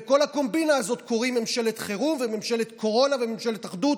לכל הקומבינה הזאת קוראים ממשלת חירום וממשלת קורונה וממשלת אחדות.